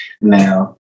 now